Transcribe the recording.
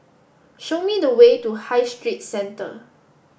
show me the way to High Street Centre